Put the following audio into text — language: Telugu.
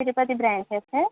Tirupati branch sir